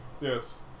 Yes